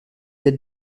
être